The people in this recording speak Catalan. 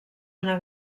una